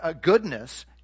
goodness